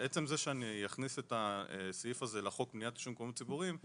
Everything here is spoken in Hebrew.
עצם זה שאני אכניס את הסעיף הזה לחוק למניעת עישון במקומות ציבוריים,